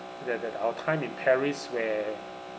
that that our time in paris where